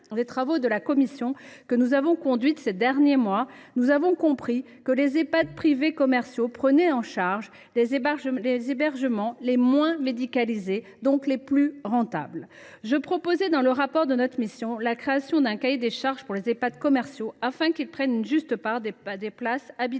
des travaux de la mission que nous avons conduite ces derniers mois, nous avons compris que les Ehpad privés commerciaux prenaient en charge les hébergements les moins médicalisés, donc les plus rentables. J’ai donc proposé, dans notre rapport d’information, la création d’un cahier des charges pour les Ehpad commerciaux, afin que ceux ci prennent une juste part des places habilitées